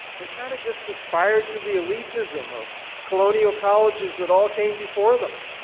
they kind of just aspired to the elitism of colonial colleges that all came before them.